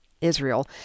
Israel